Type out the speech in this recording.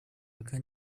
пока